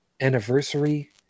anniversary